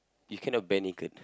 you cannot bare naked